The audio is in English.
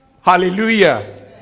Hallelujah